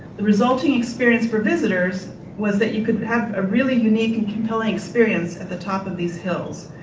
the resulting experience for visitors was that you could have a really unique and compelling experience at the top of these hills.